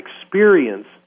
experience